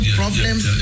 problems